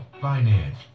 finance